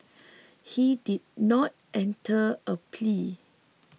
he did not enter a plea